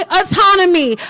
autonomy